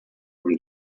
from